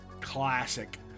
classic